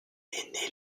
est